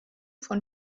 von